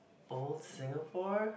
the whole Singapore